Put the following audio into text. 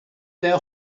their